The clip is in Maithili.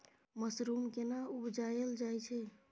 मसरूम केना उबजाबल जाय छै?